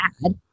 bad